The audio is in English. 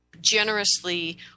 generously